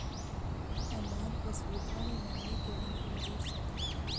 हमार पासबुकवा में मम्मी के भी नाम जुर सकलेहा?